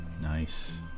Nice